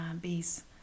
bees